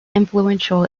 influential